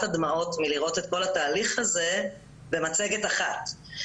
עד דמעות מלראות את כל התהליך הזה במצגת אחת.